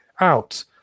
out